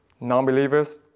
non-believers